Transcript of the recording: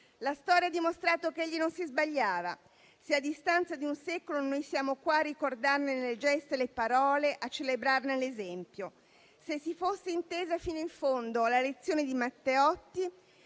La storia ha dimostrato che egli non si sbagliava, se a distanza di un secolo noi siamo qui a ricordarne le gesta e le parole, a celebrarne l'esempio. «Se si fosse intesa fino in fondo la lezione di Matteotti»